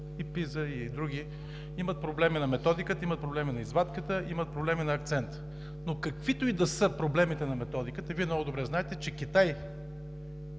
и PISA, и други, имат проблеми на методиката, имат проблеми на извадката, имат проблеми на акцента. Но каквито и да са проблемите на методиката – Вие много добре знаете, че Китай,